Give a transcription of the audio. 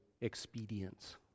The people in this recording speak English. expedience